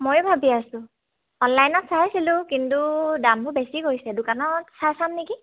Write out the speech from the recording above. ময়ো ভাবি আছোঁ অনলাইনত চাইছিলোঁ কিন্তু দামবোৰ বেছি কৰিছে দোকানত চাই চাম নেকি